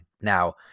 Now